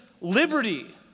liberty